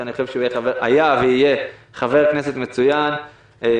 היה ויהיה חבר כנסת מצוין,